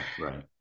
right